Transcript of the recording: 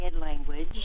language